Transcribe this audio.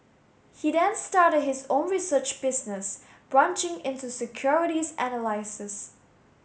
he then started his own research business branching into securities analysis